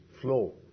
flow